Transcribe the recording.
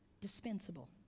dispensable